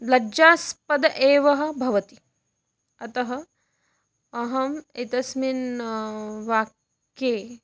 लज्जास्पदः एवः भवति अतः अहम् एतस्मिन् वाक्ये